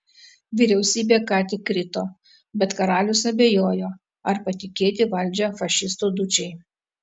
vyriausybė ką tik krito bet karalius abejojo ar patikėti valdžią fašistų dučei